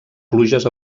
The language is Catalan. pluges